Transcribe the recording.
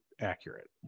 accurate